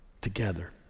together